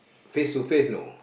face to face know